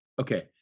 okay